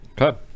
okay